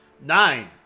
Nine